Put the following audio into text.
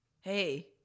hey